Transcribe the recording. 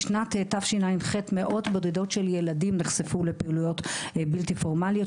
בשנץ תשע"ח מאות בודדות של ילדים נחשפו לפעילויות בלתי פורמליות,